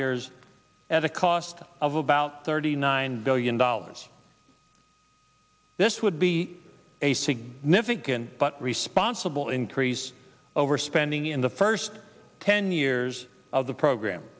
years at a cost of about thirty nine billion dollars this would be a significant but responsible increase over spending in the first ten years of the program